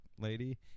lady